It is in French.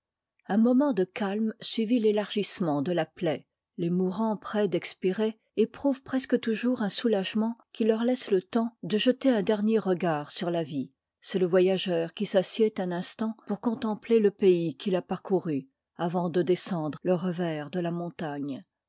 un moment de calme suivit fëlargissement de la plaie les mourans prêts d'expirer éprouvent presque toujours un soulagement qui leur laisse le temps de jeter un dernier regard sur la vie c'est le voyageur qui s'assied un instant pour contempler le pays qu'il a parcouru avant de descendre le revers de la montagne